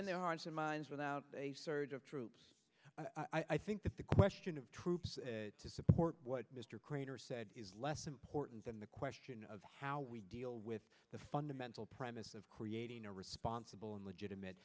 in their hearts and minds without a surge of troops i think that the question of to support what mr crater said is less important than the question of how we deal with the fundamental premise of creating a responsible and legitimate